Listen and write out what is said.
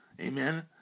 Amen